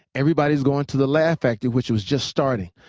everybody's going to the laugh factory, which was just starting.